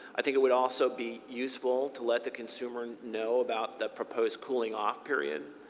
i think it would also be useful to let the consumer know about the proposed cooling-off period,